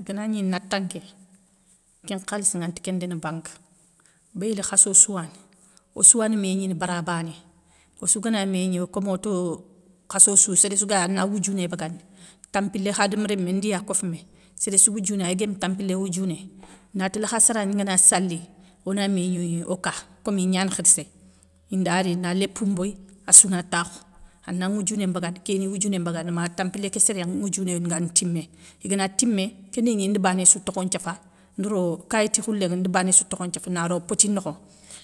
Gana gninata nké, kén nkhalissi ŋa anta kén déni bank. béyli khassossouwani, ossouwani mégnini bara bané, ossou gana mégni komoto khassossou séréssou gayéy na woudiouné bagandi, tampilé khadama rémé ndi ya kofoumé séréssou woudiouné ay guémé tampilé woudiouné nati lakhassara ngana sali, ona mégnogni oka komi gnani khirssé, inda ri na lopou mboyi assouna takhou, ana ŋwoudiouné mbagandi kéni woudiouné mbagandi ma tampilé ké sérén ŋwoudiouné nga timé igana timé kénigni ndi bané sou tokho nthiafa, ndi ro kayti khoulé ŋa ndi bané sou tokhon nthiafa na ro poti nokhoŋa,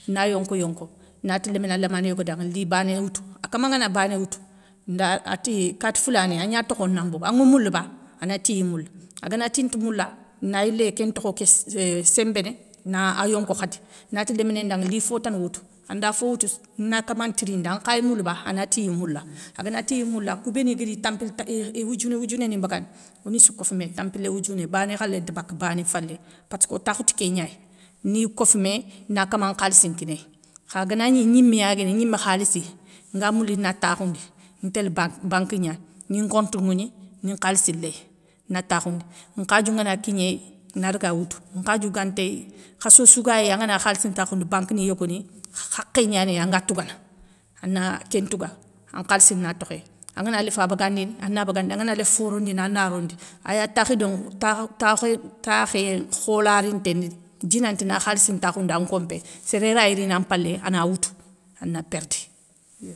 na yonko yonko, na ti lémina lamané yogo danŋa li bané woutou akama ngana bané woutou, nda ati kati foulané agna tokhona mbogou, anŋa moule ba, ana tiy moula, agana tinta moula, nayilé eehhh kén ntokho ké sémbéné na ayonko khadi, nati léminé ndanŋa li fotana woutou, anda fo woutou, na kama ntirindi ankhay moula ba, anatiya moula, aganatiya moula, koubéni guéri i tampil i woudiouné woudiounéni mbagandi, onissou kofoumé tampilé woudiouné, bané khalé nte baka bané falé. passko takhou ti kéngnaya, ni kofoumé na kama nkhalissi nkinéy. Kha aganagni gniméya guéni, gnimé khalissi, nga mouli na takhoundi, ntél bank bank gna, ni nconte ŋwougni, ni nkhalissi léy na takhoundi, nkhadiou ngana kignéy, na daga woutou, nkhadiou gantey, khassossou ga yéy angana khalissi ntakhoundi bank ni yogoni khakkhé gnanéy anga tougana, ana kén touga an nkhalissi na tokhéy. Angana léfa bagandini, ana bagandi angana léfi fo rondini ana rondi, aya takhido ŋa takhé kholarinté ni dinanti na khalissi ntakhoundi an kompé, séré ray rini an mpalé ana woutou, ana perdi yo.